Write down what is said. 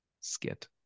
skit